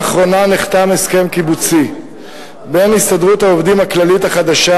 לאחרונה נחתם הסכם קיבוצי בין הסתדרות העובדים הכללית החדשה